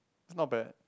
it's not bad